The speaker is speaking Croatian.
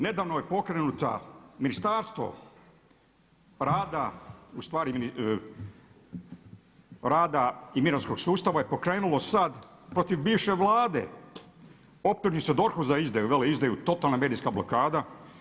Nedavno je pokrenuta, Ministarstvo rad, ustvari rada i mirovinskog sustava je pokrenulo sada protiv bivše Vlade optužnice DORH-u za izdaju, veleizdaju, totalna medijska blokada.